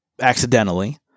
accidentally